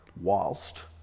whilst